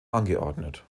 angeordnet